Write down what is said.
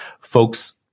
folks